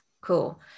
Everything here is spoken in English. Cool